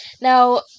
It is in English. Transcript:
Now